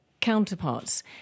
counterparts